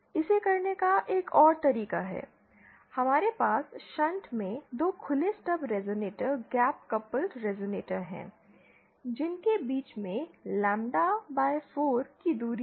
इसे करने का एक और तरीका है हमारे पास शंट में 2 खुले stub resonator gap coupled resonator हैं जिनके बीच में लैम्ब्डा 4 की दूरी है